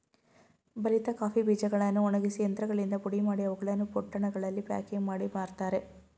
ಬಲಿತ ಕಾಫಿ ಬೀಜಗಳನ್ನು ಒಣಗಿಸಿ ಯಂತ್ರಗಳಿಂದ ಪುಡಿಮಾಡಿ, ಅವುಗಳನ್ನು ಪೊಟ್ಟಣಗಳಲ್ಲಿ ಪ್ಯಾಕಿಂಗ್ ಮಾಡಿ ಮಾರ್ತರೆ